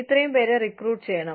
ഇത്രയും പേരെ റിക്രൂട്ട് ചെയ്യണം